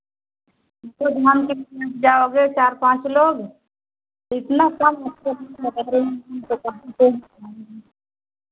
दो धाम के लिए जाओगे चार पाँच लोग तो इतना कम उस पर भी मैं कह रही हूँ तो